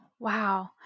Wow